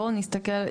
בואו נסתכל,